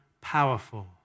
powerful